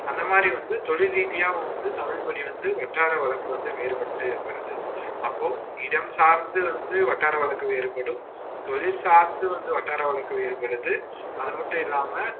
அந்த மாதிரி வந்து தொழில் ரீதியாகவும் வந்து தமிழ்மொழி வந்து வட்டார வழக்கு வந்து வேறுபட்டு வருது அப்போது இடம் சார்ந்து வந்து வட்டார வழக்கு வேறுபடும் தொழில் சார்ந்து வந்து வட்டார வழக்கு வேறுபடுது அது மட்டும் இல்லாமல்